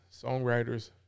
songwriters